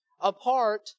apart